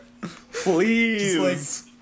Please